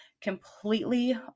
completely